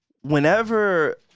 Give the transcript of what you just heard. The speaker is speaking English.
Whenever